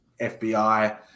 fbi